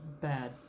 Bad